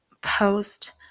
post